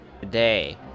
Today